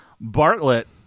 Bartlett